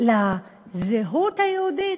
לזהות היהודית,